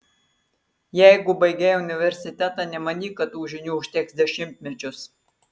jeigu baigei universitetą nemanyk kad tų žinių užteks dešimtmečius